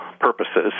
purposes